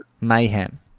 mayhem